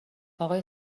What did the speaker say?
آقای